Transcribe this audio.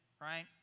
right